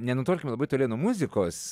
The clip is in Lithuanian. nenutolkime labai toli nuo muzikos